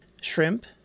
shrimp